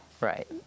Right